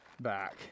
back